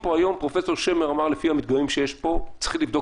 פרופ' שמר אמר שלפי המדגמים שיש פה צריך לבדוק